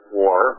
war